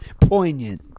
poignant